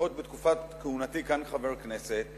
לפחות בתקופת כהונתי כאן כחבר הכנסת,